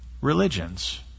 religions